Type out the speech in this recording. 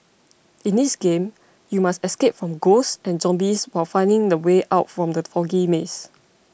in this game you must escape from ghosts and zombies while finding the way out from the foggy maze